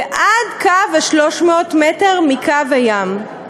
ועד קו 300 המטר מקו הים,